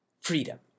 freedom